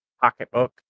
pocketbook